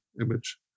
image